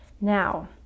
now